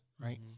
right